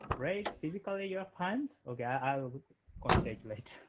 raise physically your hands. okay. i'll constabulate.